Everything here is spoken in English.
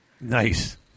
Nice